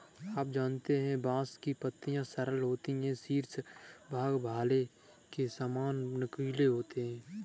आप जानते है बांस की पत्तियां सरल होती है शीर्ष भाग भाले के सामान नुकीले होते है